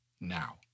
now